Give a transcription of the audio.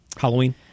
Halloween